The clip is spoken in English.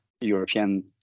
European